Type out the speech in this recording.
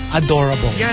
adorable